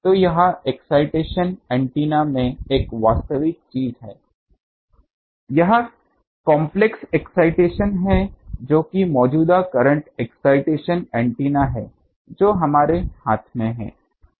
तो यह excitation antenna में एक वास्तविक चीज है यह कॉम्प्लेक्स एक्साइटेशन है जो कि मौजूदा करंट एक्साइटेशन एंटीना है जो हमारे हाथ में है